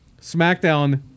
SmackDown